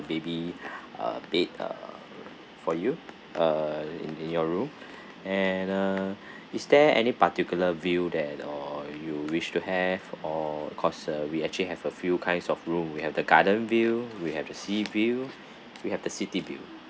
baby uh bed uh for you uh in in your room and uh is there any particular view that or you wish to have or cause uh we actually have a few kinds of room we have the garden view we have the sea view we have the city view